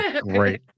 great